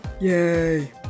yay